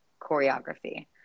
choreography